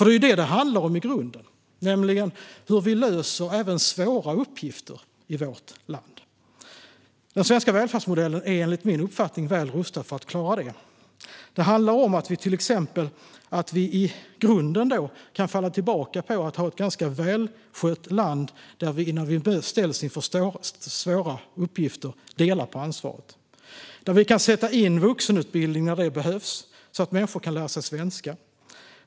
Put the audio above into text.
Det är ju detta som det handlar om i grunden: hur vi löser även svåra uppgifter i vårt land. Den svenska välfärdsmodellen är enligt min uppfattning väl rustad för att klara det. Det handlar till exempel om att vi i grunden kan falla tillbaka på att ha ett ganska välskött land, där vi delar på ansvaret när vi ställs inför svåra uppgifter. Vi kan sätta in vuxenutbildning när det behövs, så att människor kan lära sig svenska.